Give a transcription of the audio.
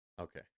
Okay